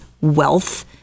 wealth